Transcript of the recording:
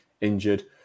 injured